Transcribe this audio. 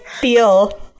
feel